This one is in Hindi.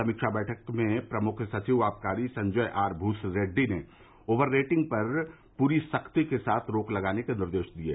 समीक्षा बैठक में प्रमुख सचिव आबाकारी संजय आर भूसरेड़डी ने ओवर रेटिंग पर पूरी सख्ती के साथ रोक लगाने के निर्देश दिये